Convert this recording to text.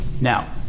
Now